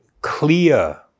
clear